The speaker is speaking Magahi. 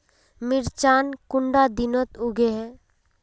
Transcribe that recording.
मिर्चान कुंडा दिनोत उगैहे?